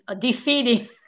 defeating